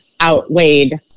outweighed